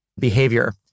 behavior